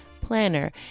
planner